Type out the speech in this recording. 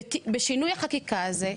בשינוי החקיקה הזה,